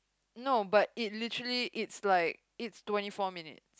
no but it literally its like it's twenty four minutes